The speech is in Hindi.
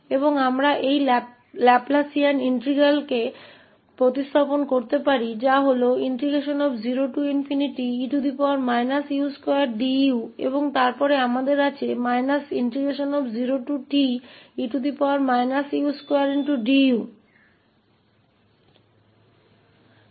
और हम इस लाप्लासियन इंटीग्रल को बदल सकते हैं जो 0e u2du है और फिर हमारे पास 0te u2du है